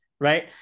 right